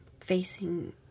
facing